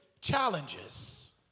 challenges